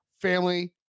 family